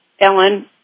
Ellen